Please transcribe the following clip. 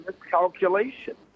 miscalculation